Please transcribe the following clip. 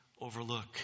overlook